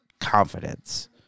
confidence